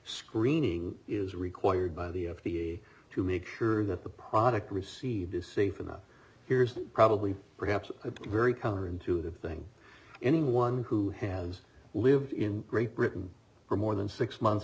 screening is required by the f d a to make sure that the product received is safe enough here's the probably perhaps a very counter intuitive thing anyone who has lived in great britain for more than six months